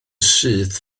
syth